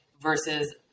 versus